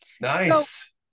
nice